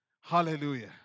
Hallelujah